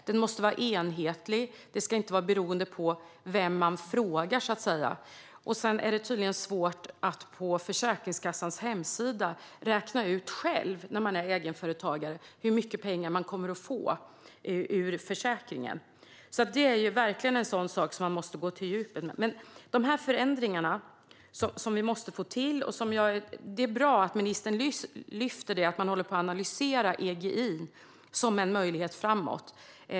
Den ska vara enhetlig och inte beroende av vem man frågar. Det är tydligen också svårt för egenföretagare att på Försäkringskassans hemsida räkna ut själv hur mycket pengar man kommer att få från försäkringen. Det är alltså verkligen en sådan sak som man måste gå på djupet med. Det är bra att ministern lyfter fram att man håller på och analyserar EGI:n som en möjlighet framåt.